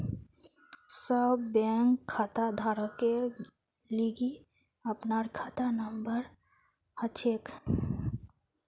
सब बैंक खाताधारकेर लिगी अपनार खाता नंबर हछेक